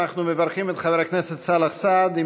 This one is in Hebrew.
אנחנו מברכים את חבר הכנסת סאלח סעד עם